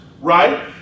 right